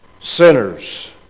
sinners